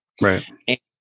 Right